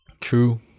true